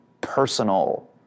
personal